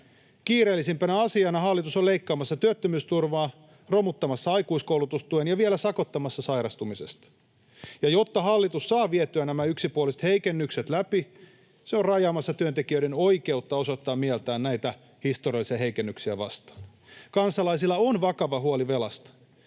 Kiireellisimpänä asiana hallitus on leikkaamassa työttömyysturvaa, romuttamassa aikuiskoulutustuen ja vielä sakottamassa sairastumisesta. Ja jotta hallitus saa vietyä nämä yksipuoliset heikennykset läpi, se on rajaamassa työntekijöiden oikeutta osoittaa mieltään näitä historiallisia heikennyksiä vastaan. Kansalaisilla on vakava huoli velasta.